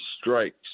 strikes